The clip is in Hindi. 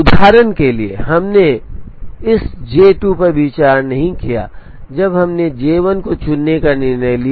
उदाहरण के लिए हमने इस J 2 पर विचार नहीं किया जब हमने J 1 को चुनने का निर्णय लिया